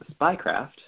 spycraft